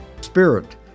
Spirit